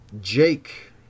Jake